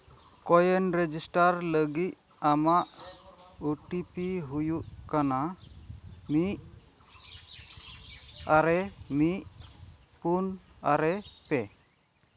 ᱠᱚᱭᱮᱱ ᱨᱮᱡᱤᱥᱴᱟᱨ ᱞᱟᱹᱜᱤᱫ ᱟᱢᱟᱜ ᱳ ᱴᱤ ᱯᱤ ᱦᱩᱭᱩᱜ ᱠᱟᱱᱟ ᱢᱤᱫ ᱟᱨᱮ ᱢᱤᱫ ᱯᱩᱱ ᱟᱨᱮ ᱯᱮ